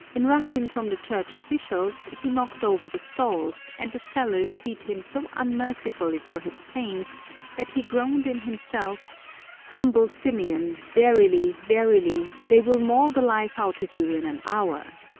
in rushing from the church officials, he knocked over the stalls, and the sellers beat him so unmercifully for his pains that he groaned in himself humble symeon, verily, verily, they will maul the life out of you in an hour!